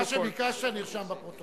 מה שביקשת נרשם בפרוטוקול.